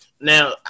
now